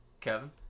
Kevin